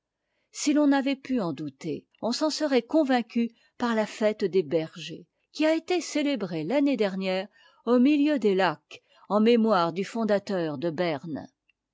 si l'on en avait pu douter on s'en serait convaincu par la fête des bergers qui a été célébrée l'année dernière au milieu des lacs en mémoire du fondateur de berne